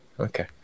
Okay